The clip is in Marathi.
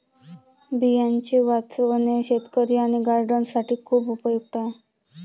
बियांचे वाचवणे शेतकरी आणि गार्डनर्स साठी खूप उपयुक्त आहे